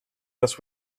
this